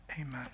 Amen